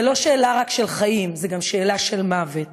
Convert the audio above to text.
זו לא רק שאלה של חיים, זו גם שאלה של מוות.